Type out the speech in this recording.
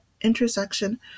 intersection